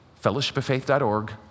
fellowshipoffaith.org